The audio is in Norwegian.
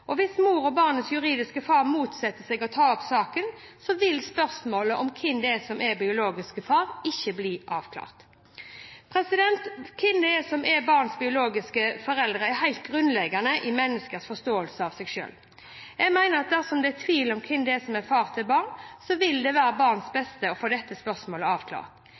år. Hvis moren og barnets juridiske far motsetter seg å ta opp saken, vil spørsmålet om hvem som er biologisk far, ikke bli avklart. Hvem som er et barns biologiske foreldre, er helt grunnleggende for menneskers forståelse av seg selv. Jeg mener at dersom det er tvil om hvem som er far til et barn, vil det være til barnets beste å få dette spørsmålet avklart.